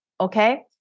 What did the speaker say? okay